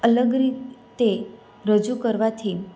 અલગ રીતે રજૂ કરવાથી